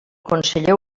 conseller